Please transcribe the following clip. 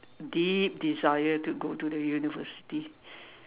deep desire to go to the university